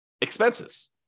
expenses